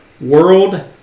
World